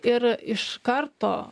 ir iš karto